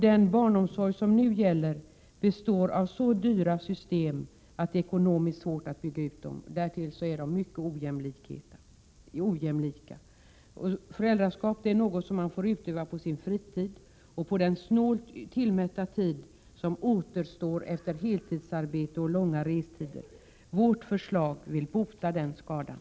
Den barnomsorg som nu finns består av så dyra system att det är ekonomiskt svårt att bygga ut dem, och därtill är de mycket ojämlika. Föräldraskapet är något som man får utöva på sin fritid och på den snålt utmätta tid som återstår efter heltidsarbete och långa restider. Vi vill med vårt förslag bota den skadan.